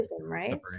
Right